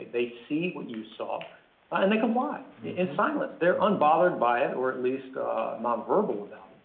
they see what you saw and they comply in silence. they're unbothered by it, or at least nonverbal without.